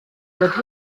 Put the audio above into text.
that